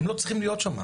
הם לא צריכים להיות שמה.